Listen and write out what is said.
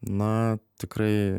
na tikrai